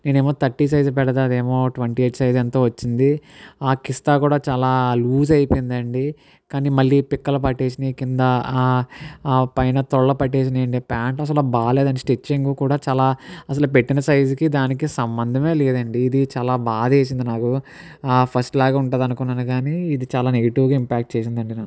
నేనేమో thirty size పెడతదేమో twenty eight size ఎంతో వచ్చింది ఆ కిస్తా కూడా చాలా లూజ్ అయిపోయిందండి కానీ మళ్ళీ పిక్కలు పట్టేస్నాయి కింద ఆ ఆ పైన తొడలు పట్టేసినాయి అండి ప్యాంటు అసలు బాగోలేదని స్టిచ్చింగ్ కూడా చాలా అసలు పెట్టిన సైజు కి దానికి సంబంధమే లేదండి ఇది చాలా బాధేసింది నాకు ఫస్ట్ లాగ ఉంటుంది అనుకున్నాను కానీ ఇది చాలా నెగటివ్ గా ఇంపాక్ట్ చేసిందండి నా